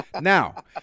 Now